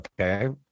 okay